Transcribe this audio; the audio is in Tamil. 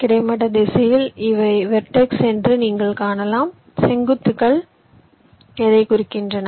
கிடைமட்ட திசையில் இவை வெர்டெக்ஸ் என்று நீங்கள் காணலாம் செங்குத்துகள் எதைக் குறிக்கின்றன